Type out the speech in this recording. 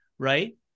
right